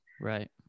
Right